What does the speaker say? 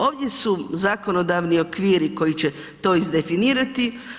Ovdje su zakonodavni okviri koji će to izdefinirati.